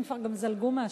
האמת, שהם כבר זלגו מהשטחים,